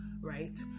right